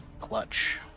Clutch